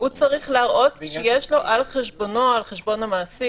- הוא צריך להראות שיש לו על חשבונו או על חשבון המעסיק,